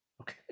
Okay